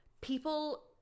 people